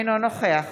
אינו נוכח